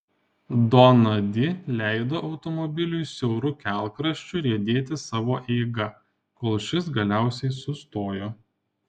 dona di leido automobiliui siauru kelkraščiu riedėti savo eiga kol šis galiausiai sustojo